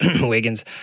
Wiggins